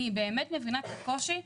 אני מבינה את הקושי,